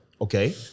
Okay